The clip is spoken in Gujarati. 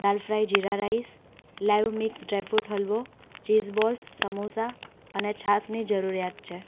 દાલ fry jeera rice live mix dry fruit હલવો ચીઝ બોલ્સ સમોસા અને છાસની જરૂરિયાત છે